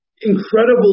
incredible